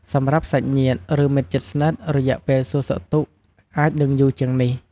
សម្រាប់សាច់ញាតិ ឬ មិត្តជិតស្និទ្ធ រយៈពេលសួរសុខទុក្ខអាចនឹងយូរជាងនេះ។